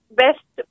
best